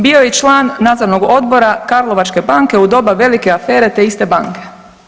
Bio je i član nadzornog odbora Karlovačke banke u doba velike afere te iste banke.